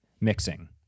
mixing